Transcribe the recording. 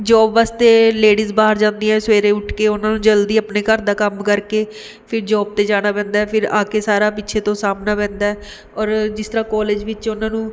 job ਵਾਸਤੇ ladies ਬਾਹਰ ਜਾਂਦੀਆਂ ਸਵੇਰੇ ਉੱਠ ਕੇ ਉਹਨਾਂ ਨੂੰ ਜਲਦੀ ਆਪਣੇ ਘਰ ਦਾ ਕੰਮ ਕਰਕੇ ਫਿਰ ਜੋਬ 'ਤੇ ਜਾਣਾ ਪੈਂਦਾ ਫਿਰ ਆ ਕੇ ਸਾਰਾ ਪਿੱਛੇ ਤੋਂ ਸਾਂਭਣਾ ਪੈਂਦਾ ਔਰ ਜਿਸ ਤਰ੍ਹਾਂ ਕੋਲਜ ਵਿੱਚ ਉਹਨਾਂ ਨੂੰ